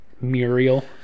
Muriel